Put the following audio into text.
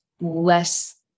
less